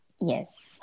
Yes